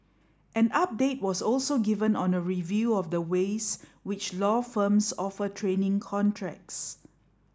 an update was also given on a review of the ways which law firms offer training contracts